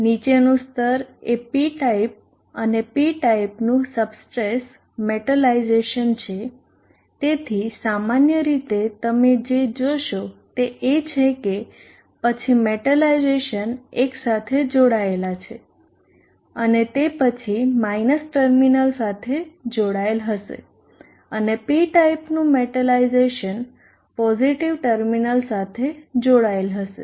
નીચેનું સ્તર એ P ટાઇપ અને P ટાઇપનું સબસ્ટ્રેટ મેટલાઇઝેશન છે તેથી સામાન્ય રીતે તમે જે જોશો તે એ છે કે પછી મેટાલાઇઝેશન એક સાથે જોડાયા છે અને તે પછી માયનસ ટર્મિનલ સાથે જોડાયેલ હશે અને P ટાઇપનું મેટલાઇઝેશન પોઝીટીવ ટર્મિનલ સાથે જોડાયેલ હશે